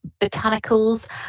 botanicals